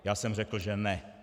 Já jsem řekl, že ne.